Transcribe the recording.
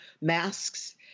masks